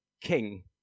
king